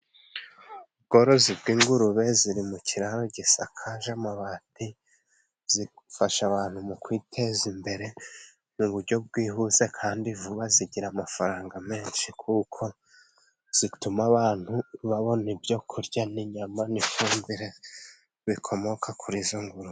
Ubworozi bw'ingurube ziri mu kiraro gisakaje amabati. Zifasha abantu mu kwiteza imbere mu buryo bwihuse kandi vuba, zigira amafaranga menshi kuko zituma abantu babona ibyo kurya n'inyama n'ifumbire bikomoka kuri izo ngurube.